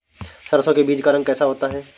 सरसों के बीज का रंग कैसा होता है?